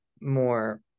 more